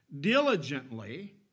diligently